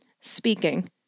Speaking